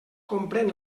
comprèn